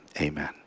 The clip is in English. amen